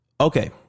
Okay